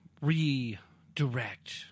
redirect